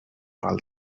all